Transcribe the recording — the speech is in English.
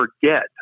forget